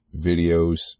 videos